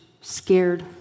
scared